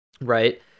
Right